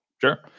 Sure